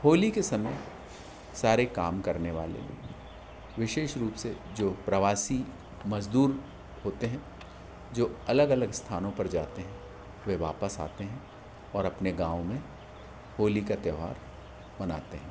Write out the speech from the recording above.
होली के समय सारे काम करने वाले विशेष रूप से जो प्रवासी मजदूर होते हैं जो अलग अलग स्थानों पर जाते हैं वह वापस आते हैं और अपने गाँव में होली का त्यौहार मनाते हैं